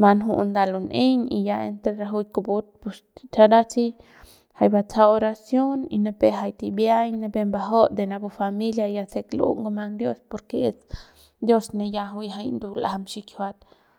mat nju'u nda lun'eiñ y ya entre rajuik kupu pus karat si jay batsajau oracion nipep jay tibiañ nipep mbajaut de napu familia se l'u ngumang dios porque es dios ne ya juine ya ndul'ajam xikjiuat.